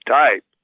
type